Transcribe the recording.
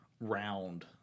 round